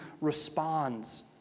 responds